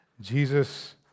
Jesus